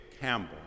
Campbell